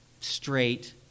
straight